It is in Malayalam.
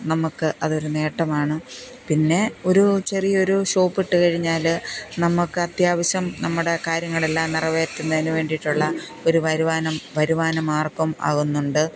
നമുക്ക് അതൊരു നേട്ടമാണ് പിന്നെ ഒരു ചെറിയൊരു ഷോപ്പ് ഇട്ട് കഴിഞ്ഞാൽ നമുക്ക് അത്യാവശ്യം നമ്മുടെ കാര്യങ്ങളെല്ലാം നിറവേറ്റുന്നതിന് വേണ്ടിയിട്ടുള്ള ഒരു വരുവാനം വരുമാനമാര്ഗം ആകുന്നുണ്ട്